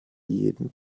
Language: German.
jeden